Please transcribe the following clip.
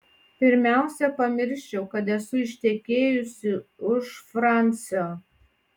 pirmiausia pamirščiau kad esu ištekėjusi už fransio